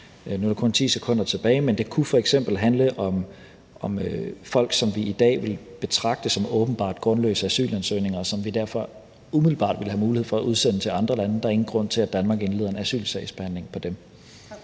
Nu er der kun 10 sekunder tilbage – men det kunne f.eks. handle om folk, som vi i dag ville betragte som åbenbart grundløse asylansøgere, og som vi derfor umiddelbart ville have mulighed for at udsende til andre lande, fordi der ikke er nogen grund til at Danmark indleder en asylsagsbehandling på dem.